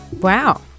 Wow